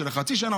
של החצי שנה,